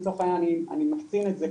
לצורך העניין אני מקצין את זה,